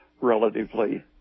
relatively